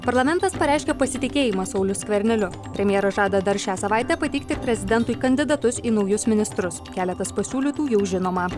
parlamentas pareiškė pasitikėjimą sauliu skverneliu premjeras žada dar šią savaitę pateikti prezidentui kandidatus į naujus ministrus keletas pasiūlytų jau žinoma